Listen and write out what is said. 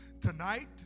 Tonight